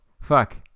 fuck